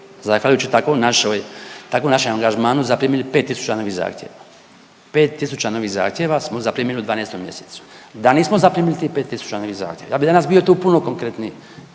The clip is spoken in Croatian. našoj, takvom našem angažmanu zaprimili 5 tisuća novih zahtjeva. 5 tisuća novih zahtjeva smo zaprimili u 12 mjesecu. Da nismo zaprimili tih 5 tisuća novih zahtjeva, ja bih danas bio tu puno konkretniji,